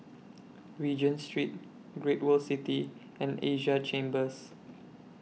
Regent Street Great World City and Asia Chambers